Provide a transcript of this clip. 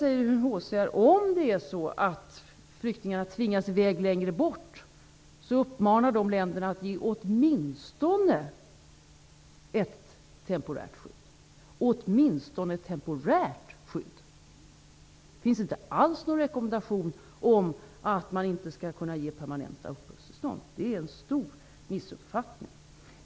Om flyktingarna däremot tvingas i väg längre bort uppmanar UNHCR länderna att ge åtminstone ett temporärt skydd, åtminstone ett temporärt skydd. Det finns inte alls någon rekommendation om att man inte skall kunna ge permanenta uppehållstillstånd. Det är helt och hållet en missuppfattning.